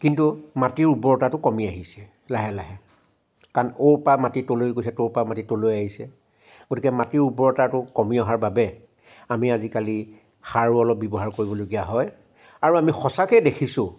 কিন্তু মাটিৰ উৰ্বৰতাটো কমি আহিছে লাহে লাহে কাৰণ অ'ৰ পৰা মাটি ত'লৈ আহিছে ত'ৰ পৰা মাটি ত'লৈ আহিছে গতিকে মাটিৰ উৰবৰ্তাটো কমি অহাৰ বাবে আমি আজিকালো সাৰো অলপ ব্যৱহাৰ কৰিবলগীয়া হয় আৰু আমি সঁচাকৈ দেখিছোঁ